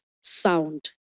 sound